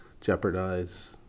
jeopardize